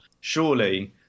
Surely